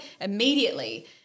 immediately